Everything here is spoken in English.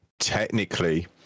technically